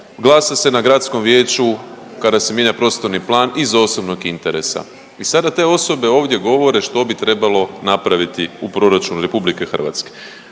glasa se na gradskom vijeću kada se mijenja prostorni plan iz osobnog interesa i sada te osobe ovdje govore što bi trebalo napraviti u proračunu RH. I dobro ste